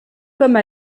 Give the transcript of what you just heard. comme